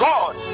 God